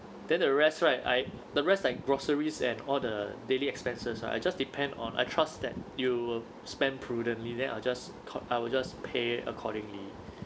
then the rest right I the rest like groceries and all the daily expenses are just depend on I trust that you will spend prudently then I'll just cor~ I'll just pay accordingly